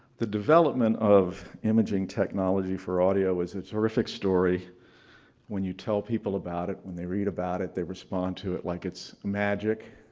the development of imaging technology for audio is a terrific story when you tell people about it, when they read about it they respond to it like it's magic.